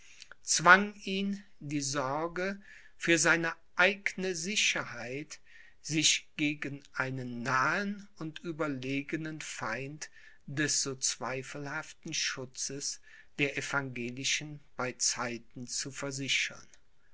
zwang ihn die sorge für seine eigne sicherheit sich gegen einen nahen und überlegenen feind des so zweifelhaften schutzes der evangelischen bei zeiten zu versichern